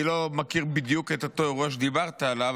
אני לא מכיר בדיוק את אותו אירוע שדיברת עליו,